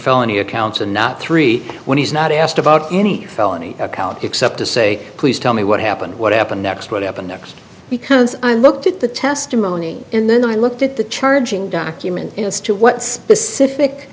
felony accounts and not three when he's not asked about any felony count except to say please tell me what happened what happened next what happened next because i looked at the testimony and then i looked at the charging document as to what specific